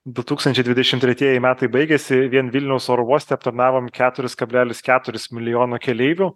du tūkstančiai dvidešimt tretieji metai baigiasi vien vilniaus oro uoste aptarnavom keturis kablelis keturis milijono keleivių